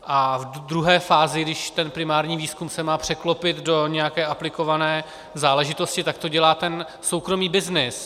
A v druhé fázi, když primární výzkum se má překlopit do nějaké aplikované záležitosti, tak to dělá ten soukromý byznys.